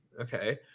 Okay